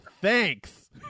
Thanks